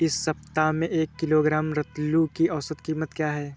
इस सप्ताह में एक किलोग्राम रतालू की औसत कीमत क्या है?